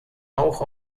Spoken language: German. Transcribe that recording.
auch